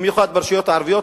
ובמיוחד ברשויות הערביות,